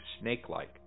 snake-like